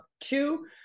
two